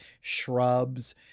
shrubs